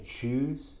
choose